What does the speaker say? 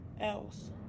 else